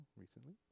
recently